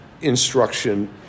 instruction